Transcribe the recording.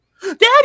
daddy